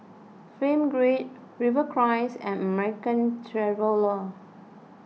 Film Grade Rivercrest and American Traveller